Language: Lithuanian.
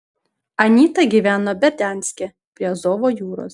anyta gyveno berdianske prie azovo jūros